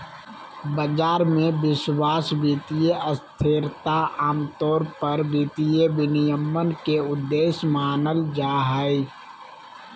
बाजार मे विश्वास, वित्तीय स्थिरता आमतौर पर वित्तीय विनियमन के उद्देश्य मानल जा हय